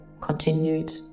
continued